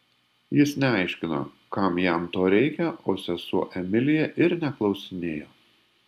jis neaiškino kam jam to reikia o sesuo emilija ir neklausinėjo